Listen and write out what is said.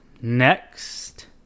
Next